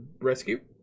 rescue